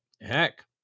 heck